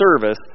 service